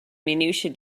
minutiae